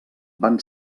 van